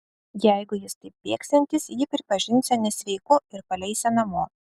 jeigu jis taip bėgsiantis jį pripažinsią nesveiku ir paleisią namo